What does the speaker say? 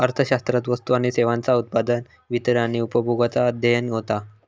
अर्थशास्त्रात वस्तू आणि सेवांचा उत्पादन, वितरण आणि उपभोगाचा अध्ययन होता